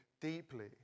deeply